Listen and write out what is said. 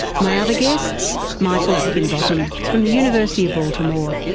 my other guests, michael higginbotham from the university of baltimore,